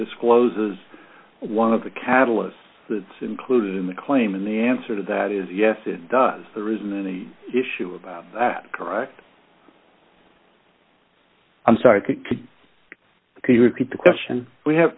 discloses one of the catalysts that's included in the claim and the answer to that is yes it does there isn't an issue about that correct i'm sorry could you repeat the question we have